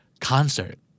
Concert